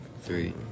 three